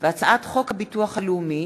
הצעת חוק הביטוח הלאומי